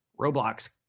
Roblox